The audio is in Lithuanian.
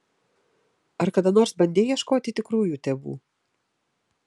ar kada nors bandei ieškoti tikrųjų tėvų